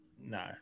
No